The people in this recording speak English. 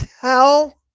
tell